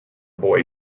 boy